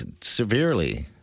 severely